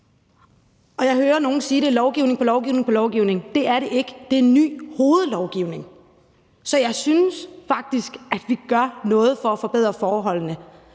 Jeg hører nogle sige, at det er lovgivning på lovgivning. Det er det ikke. Det er en ny hovedlovgivning. Så jeg synes faktisk, at vi gør noget for at forbedre forholdene.